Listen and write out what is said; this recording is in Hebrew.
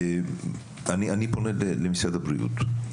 אני פונה למשרד הבריאות,